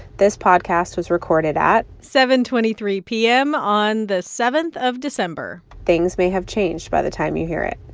this podcast was recorded at. seven twenty three p m. on the seven of december things may have changed by the time you hear it.